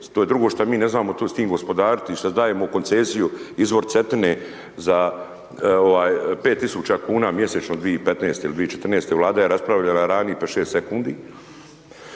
to je drugo što mi ne znamo s tim gospodariti, šta dajemo u koncesiju izvor Cetine za 5000 kuna mjesečno 2015., 2014. Vlada je raspravljala 5, 6 sekundi,